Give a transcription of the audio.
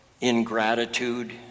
ingratitude